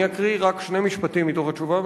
אני אקריא רק שני משפטים מתוך התשובה,